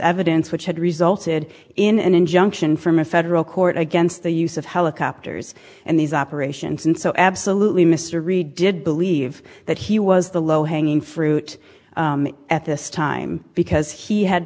evidence which had resulted in an injunction from a federal court against the use of helicopters and these operations and so absolutely mr reid did believe that he was the low hanging fruit at this time because he had